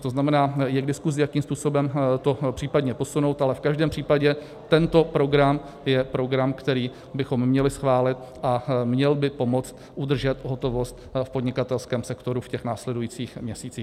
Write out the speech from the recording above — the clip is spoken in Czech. To znamená, je k diskusi, jakým způsobem to případně posunout, ale v každém případě tento program je program, který bychom měli schválit a měl by pomoct udržet hotovost v podnikatelském sektoru v těch následujících měsících.